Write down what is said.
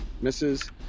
misses